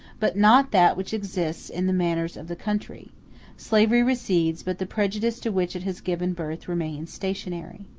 but not that which exists in the manners of the country slavery recedes, but the prejudice to which it has given birth remains stationary.